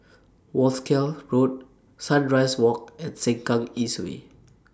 Wolskel Road Sunrise Walk and Sengkang East Way